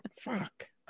fuck